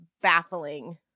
baffling